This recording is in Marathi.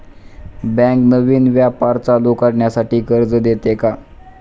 बँक नवीन व्यापार चालू करण्यासाठी कर्ज देते का?